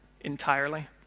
entirely